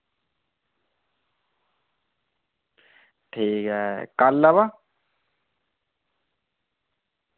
ठीक ऐ कल आवां